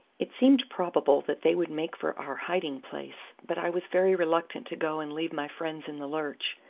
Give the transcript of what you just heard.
it seemed probable that they would make for our hiding-place, but i was very reluctant to go and leave my friends in the lurch,